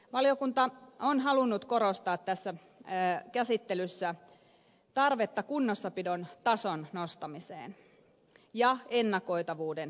valiokunta on halunnut korostaa tässä käsittelyssä tarvetta kunnossapidon tason nostamiseen ja ennakoitavuuden kehittämiseen